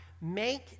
Make